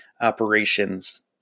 operations